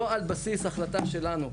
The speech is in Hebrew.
לא על בסיס החלטה שלנו,